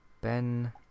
Ben